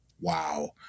wow